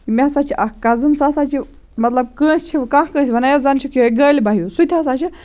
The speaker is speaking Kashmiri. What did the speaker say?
مےٚ ہَسا چھِ اَکھ کَزٕن سُہ ہَسا چھُ مطلب کٲنٛسہِ چھِ کانٛہہ کٲنٛسہِ وَنان یا زَن چھُکھ یُہٲے غٲلِبا ہیوٗ سُہ تہِ ہَسا چھُ